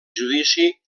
judici